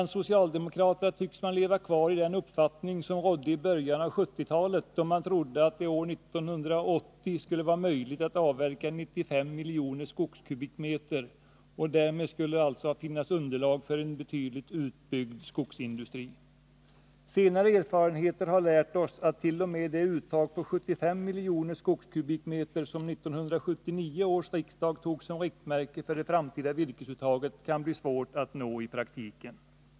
De tycks leva kvar i den uppfattning som rådde i början av 1970-talet, då man trodde att det år 1980 skulle vara möjligt att avverka 95 miljoner skogskubikmeter och att det därmed skulle finnas underlag för en betydligt utbyggd skogsindustri. Senare erfarenheter har lärt oss attt.o.m. det uttag på 75 miljoner skogskubikmeter som 1979 års riksdag tog som riktmärke för det framtida virkesuttaget kan bli svårt att nå i praktiken.